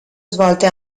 svolte